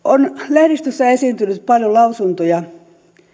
lehdistössä on esiintynyt paljon lausuntoja